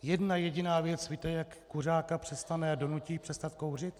Jedna jediná věc víte, jak kuřáka donutí přestat kouřit?